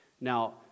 Now